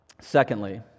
secondly